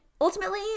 Ultimately